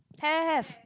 have have have